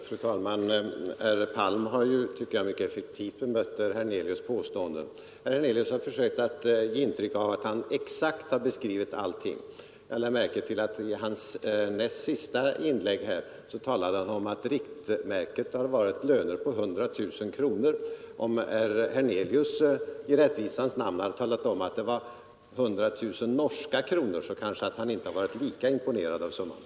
Fru talman! Herr Palm har, tycker jag, mycket effektivt bemött herr Hernelius” påståenden. Herr Hernelius försökte ge intryck av att han exakt har beskrivit allting. Jag lade märke till att i sitt nästsenaste inlägg talade han om att riktmärket har varit löner på 100 000 kronor. Om herr Hernelius i rättvisans namn hade nämnt att det var 100 000 norska kronor, kanske summan inte hade verkat lika imponerande.